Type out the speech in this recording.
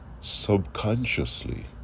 subconsciously